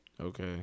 Okay